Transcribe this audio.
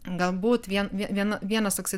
galbūt vien vien vienas toksai